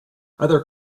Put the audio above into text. other